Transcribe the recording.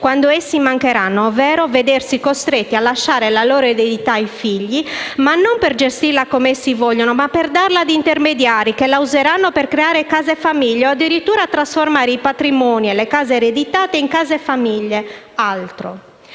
quando essi mancheranno, ovvero vedersi costretti a lasciare la loro eredità ai figli, ma non per gestirla come essi vogliono, ma per darla ad intermediari che la useranno per creare case-famiglia o addirittura trasformare i patrimoni e le case ereditati in case-famiglie. Questo